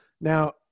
Now